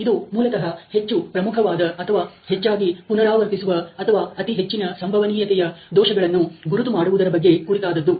ಇದು ಮೂಲತಃ ಹೆಚ್ಚು ಪ್ರಮುಖವಾದ ಅಥವಾ ಹೆಚ್ಚಾಗಿ ಪುನರಾವರ್ತಿಸುವ ಅಥವಾ ಅತಿ ಹೆಚ್ಚಿನ ಸಂಭವನೀಯತೆಯ ದೋಷಗಳನ್ನು ಗುರುತು ಮಾಡುವುದರ ಬಗ್ಗೆ ಕುರಿತಾದದ್ದು